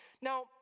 Now